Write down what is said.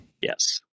yes